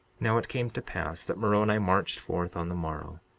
now it came to pass that moroni marched forth on the morrow,